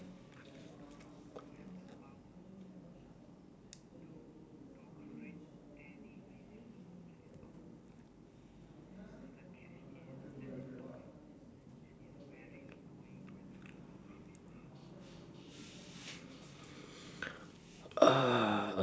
ah